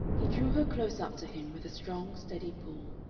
he drew her close up to him with a strong, steady pull.